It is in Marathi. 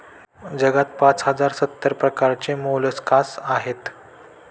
जगात पाच हजार सत्तर प्रकारचे मोलस्कास आहेत